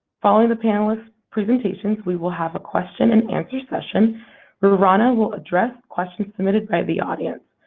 following the panelist's presentation, we will have a question and answer session where rana will address questions submitted by the audience.